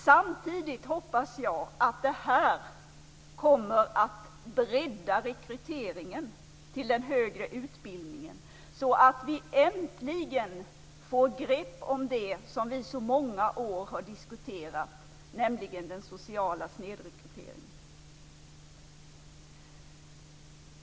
Samtidigt hoppas jag att det här kommer att bredda rekryteringen till den högre utbildningen, så att vi äntligen får grepp om det som vi så många år har diskuterat, nämligen den sociala snedrekryteringen.